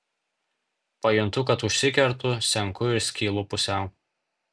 pajuntu kad užsikertu senku ir skylu pusiau